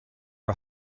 are